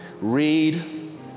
Read